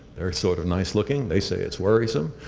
they are sort of nice looking. they say it's worrisome.